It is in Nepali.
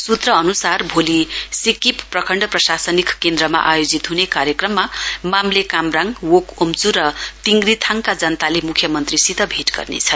सूक्ष अनुसार भोलि सिकिप प्रखण्ड प्रशासनिक केन्द्रमा आयोजित हने कार्यक्रममा मामले कामराङ वोक ओमच् र तिङ्गरिथाङका जनताले म्ख्यमन्त्रीसित भेट गर्नेछन्